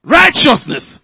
righteousness